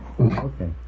Okay